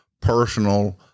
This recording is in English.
personal